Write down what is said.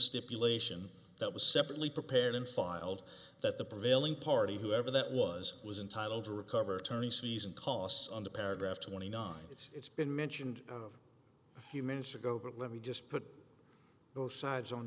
stipulation that was separately prepared and filed that the prevailing party whoever that was was entitled to recover attorneys fees and costs on the paragraph twenty nine it's been mentioned a few minutes ago but let me just put both sides on